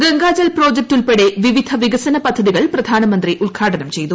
Gangajal project ഉൾപ്പെടെ വിവിധ വികസന പദ്ധതികൾ പ്രധാനമന്ത്രി ഉദ്ഘാടനം ചെയ്തു